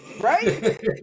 Right